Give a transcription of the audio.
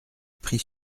pris